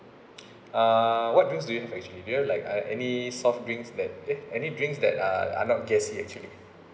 uh what drinks do you have actually do you have like uh any soft drinks that eh any drinks that are are not gassy actually